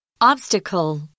obstacle